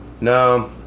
No